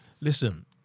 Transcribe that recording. Listen